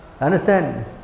Understand